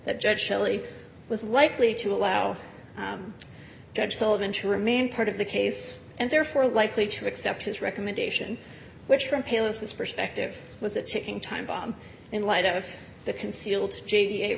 that judge shelley was likely to allow judge sullivan to remain part of the case and therefore likely to accept his recommendation which from paleness perspective was a ticking time bomb in light of the concealed